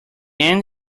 end